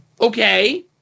Okay